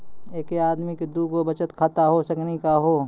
एके आदमी के दू गो बचत खाता हो सकनी का हो?